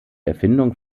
erfindung